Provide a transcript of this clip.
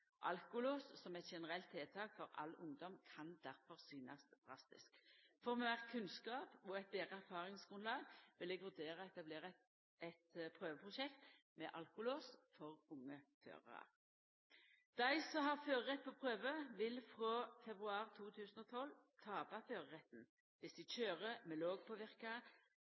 som eit generelt tiltak for all ungdom kan difor synast drastisk. For å få meir kunnskap og eit betre erfaringsgrunnlag vil eg vurdera å etablera eit prøveprosjekt med alkolås for unge førarar. Dei som har førerett på prøve, vil frå februar 2012 tapa føreretten dersom dei køyrer med låg